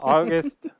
August